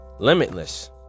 Limitless